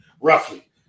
roughly